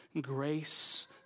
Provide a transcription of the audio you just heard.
grace